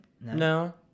No